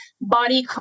body